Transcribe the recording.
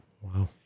Wow